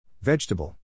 Vegetable